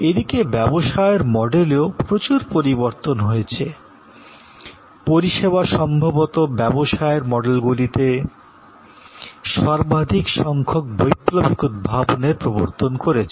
এদিকে ব্যবসায়ের মডেলেও প্রচুর পরিবর্তন হয়েছে পরিষেবা সম্ভবত ব্যবসায়ের মডেলগুলিতে সর্বাধিক সংখ্যক বৈপ্লবিক উদ্ভাবনের প্রবর্তন করছে